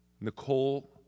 Nicole